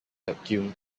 vacuum